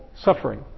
suffering